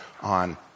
on